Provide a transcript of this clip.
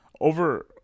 Over